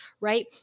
right